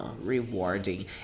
Rewarding